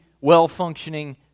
well-functioning